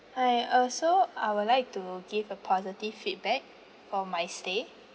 hi uh so I would like to give a positive feedback for my stay